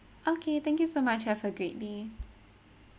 okay thank you so much have a great day